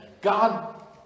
God